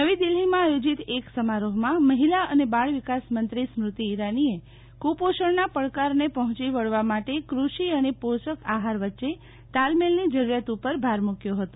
નવી દિલ્હીમાં આયોજિત એક સમારોહમાં મહિલા અને બાળવિકાસ મંત્રી સ્મૃતિ ઈરાનીએ કુપોષણના પડકારને પહોંચી વળવા માટે ક્રષિ અને પોષકઆફાર વચ્ચે તાલમેલની જરૂરિયાત ઉપર ભાર મુક્યો હતો